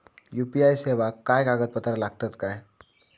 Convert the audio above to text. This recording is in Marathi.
यू.पी.आय सेवाक काय कागदपत्र लागतत काय?